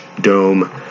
dome